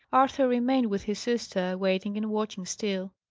arthur remained with his sister, waiting and watching still.